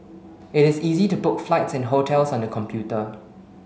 it is easy to book flights and hotels on the computer